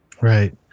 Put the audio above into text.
Right